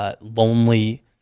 Lonely